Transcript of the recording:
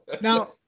Now